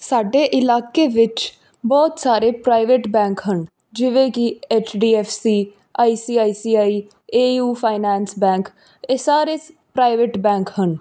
ਸਾਡੇ ਇਲਾਕੇ ਵਿੱਚ ਬਹੁਤ ਸਾਰੇ ਪ੍ਰਾਈਵੇਟ ਬੈਂਕ ਹਨ ਜਿਵੇਂ ਕੀ HDFC ICICI AU finance bank ਇਹ ਸਾਰੇ ਪ੍ਰਾਈਵੇਟ ਬੈਂਕ ਹਨ